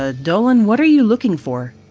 ah dolan, what are you looking for?